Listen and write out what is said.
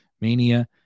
mania